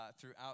throughout